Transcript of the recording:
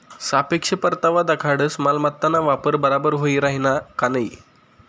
सापेक्ष परतावा दखाडस मालमत्ताना वापर बराबर व्हयी राहिना का नयी